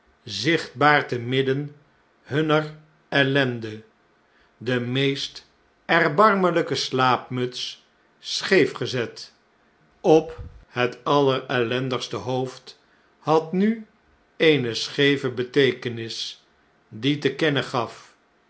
zichtbaar te midden hunner ellende de meest erbarmelpe slaapmuts scheefgezet op het allerellendigste hoofd had nu eene scheeve beteekenis die te kennen gaf